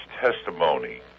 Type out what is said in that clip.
testimony